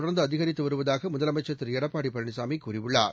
தொடர்ந்துஅதிகரித்துவருவதாகமுதலமைச்சள் திருஎடப்பாடிபழனிசாமிகூறியுள்ளார்